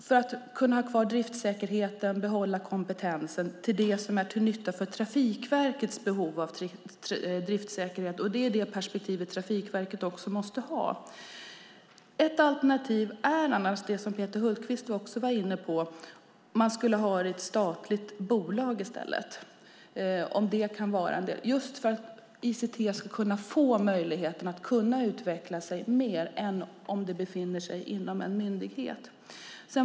Det handlar om att bevara driftsäkerheten och behålla kompetensen för det som är Trafikverkets behov. Det är det perspektiv som Trafikverket måste ha. Ett alternativ är annars, som Peter Hultqvist var inne på, att man skulle ha det i ett statligt bolag i stället, just för att ICT ska få möjlighet att utveckla sig mer än vad som vore fallet om det befinner sig inom en myndighet.